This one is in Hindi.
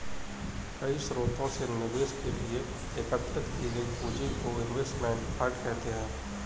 कई स्रोतों से निवेश के लिए एकत्रित की गई पूंजी को इनवेस्टमेंट फंड कहते हैं